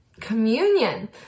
communion